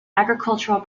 agricultural